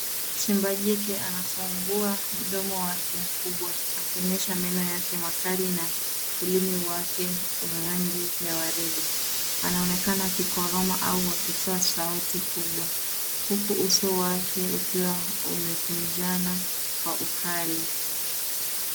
Simba jike anafungua mdomo wake mkubwa akionyesha meno yake makali na ulimi wake wa rangi ya waridi. Anaonekana akikoroma au akitoa sauti kubwa huku uso wake ukiwa umekunjana kwa ukali.